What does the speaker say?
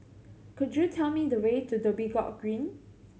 could you tell me the way to Dhoby Ghaut Green